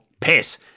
piss